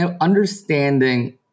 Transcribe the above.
understanding